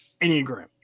Enneagram